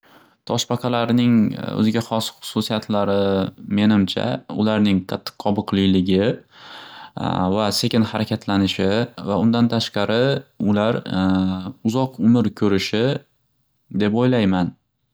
Toshbaqalarning o'ziga xos xususiyatlari menimcha ularning qobiqliligi va sekin xarakatlanishi va undan tashqari ular uzoq umr ko'rishi deb o'ylayman.